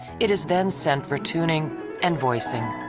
it is then sent for tuning and voicing